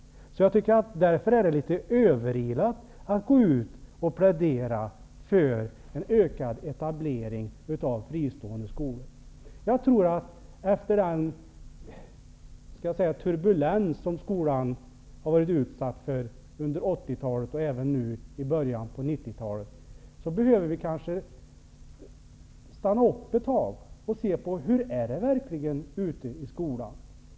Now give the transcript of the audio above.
Därför är det litet överilat att gå ut och plädera för en ökad etablering av fristående skolor. Efter den turbulens som skolan varit utsatt för under 80-talet och nu i början av 90-talet behöver vi kanske stanna upp ett tag och se hur verkligheten i skolan är.